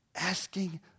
Asking